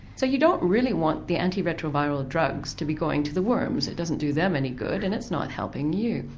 so you don't really want the antiretroviral drugs to be going to the worms, it doesn't do them any good and it's not helping you.